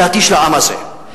לדעתי, של העם הזה?